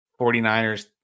49ers